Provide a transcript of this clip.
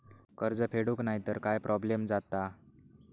कर्ज फेडूक नाय तर काय प्रोब्लेम जाता?